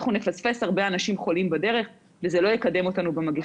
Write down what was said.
אנחנו נפספס הרבה אנשים חולים בדרך וזה לא יקדם אותנו במגפה.